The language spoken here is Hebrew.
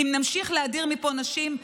אם נמשיך להדיר מפה נשים,